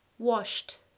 Washed